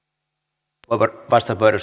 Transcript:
arvoisa puhemies